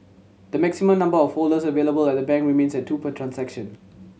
the maximum number of folders available at the banks remains at two per transaction